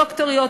דוקטוריות,